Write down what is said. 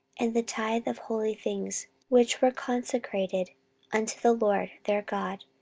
and the tithe of holy things which were consecrated unto the lord their god,